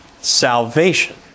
salvation